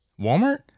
Walmart